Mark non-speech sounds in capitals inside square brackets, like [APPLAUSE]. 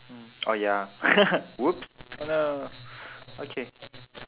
mm oh ya [NOISE] whoops oh no okay